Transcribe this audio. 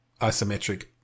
isometric